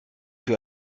für